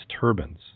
turbines